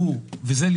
זה.